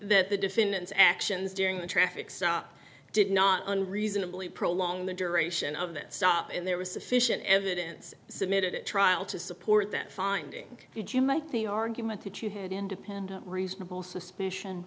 that the defendant's actions during the traffic stop did not unreadably prolong the duration of that stop and there was sufficient evidence submitted it trial to support that finding did you make the argument that you had independent reasonable suspicion